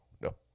no